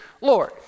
Lord